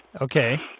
Okay